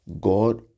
God